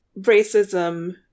racism